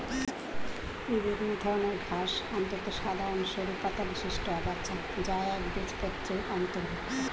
বিভিন্ন ধরনের ঘাস অত্যন্ত সাধারণ সরু পাতাবিশিষ্ট আগাছা যা একবীজপত্রীর অন্তর্ভুক্ত